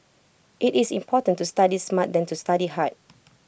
IT is important to study smart than to study hard